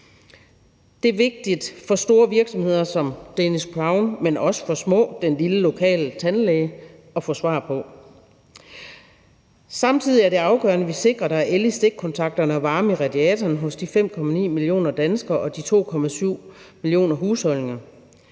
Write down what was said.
Det er vigtigt for store virksomheder som Danish Crown, men også for små virksomheder – den lille lokale tandlæge – at få svar på. Samtidig er det afgørende, at vi sikrer, at der er el i stikkontakterne og varme i radiatorerne hos de 5,9 millioner danskere og de 2,7 millioner husholdninger.